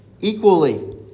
equally